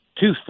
Two